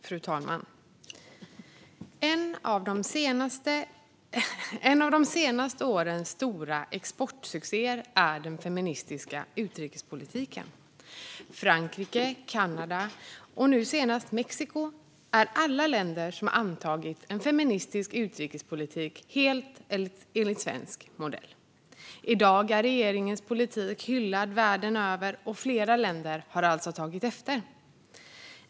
Fru talman! En av de senaste årens stora svenska exportsuccéer är den feministiska utrikespolitiken. Frankrike, Kanada och nu senast Mexiko är alla länder som har antagit en feministisk utrikespolitik helt enligt svensk modell. I dag är regeringens politik hyllad världen över, och flera länder har alltså tagit efter.